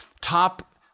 top